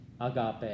agape